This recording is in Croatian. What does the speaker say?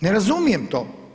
Ne razumijem to.